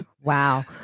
Wow